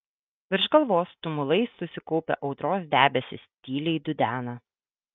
virš galvos tumulais susikaupę audros debesys tyliai dudena